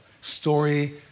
Story